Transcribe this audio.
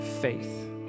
faith